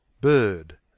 bird